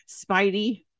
Spidey